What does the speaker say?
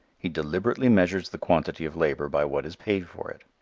he deliberately measures the quantity of labor by what is paid for it.